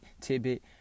tidbit